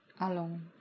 alone